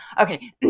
okay